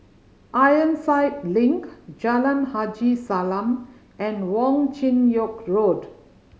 Ironside Link Jalan Haji Salam and Wong Chin Yoke Road